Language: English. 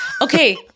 Okay